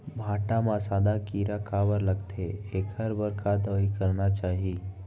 भांटा म सादा कीरा काबर लगथे एखर बर का दवई करना चाही?